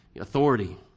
authority